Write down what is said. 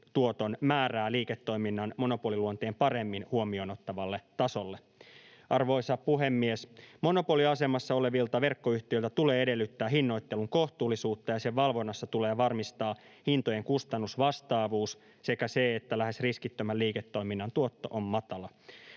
tuoton määrää liiketoiminnan monopoliluonteen paremmin huomioon ottavalle tasolle. Arvoisa puhemies! Monopoliasemassa olevilta verkkoyhtiöiltä tulee edellyttää hinnoittelun kohtuullisuutta, ja sen valvonnassa tulee varmistaa hintojen kustannusvastaavuus sekä se, että lähes riskittömän liiketoiminnan tuotto on matala.